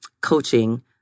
coaching